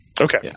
okay